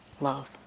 love